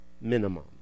minimum